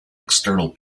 external